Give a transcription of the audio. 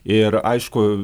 ir aišku